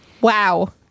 wow